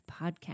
Podcast